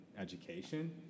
education